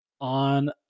on